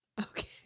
Okay